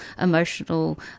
emotional